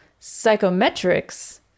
psychometrics